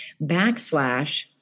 backslash